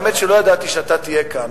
האמת היא שלא ידעתי שאתה תהיה כאן,